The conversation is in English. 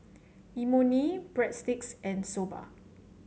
Imoni Breadsticks and Soba